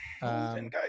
Guys